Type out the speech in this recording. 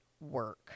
work